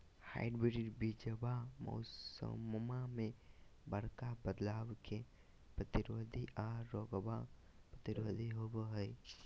hybrid बीजावा मौसम्मा मे बडका बदलाबो के प्रतिरोधी आ रोगबो प्रतिरोधी होबो हई